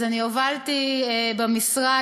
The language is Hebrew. אני הובלתי במשרד,